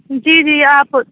جی جی آپ